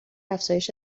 افزایش